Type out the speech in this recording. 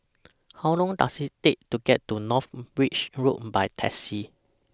How Long Does IT Take to get to North Bridge Road By Taxi